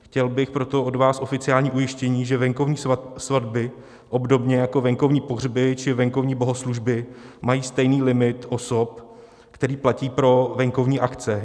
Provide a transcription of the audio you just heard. Chtěl bych proto od vás oficiální ujištění, že venkovní svatby obdobně jako venkovní pohřby či venkovní bohoslužby mají stejný limit osob, který platí pro venkovní akce.